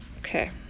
Okay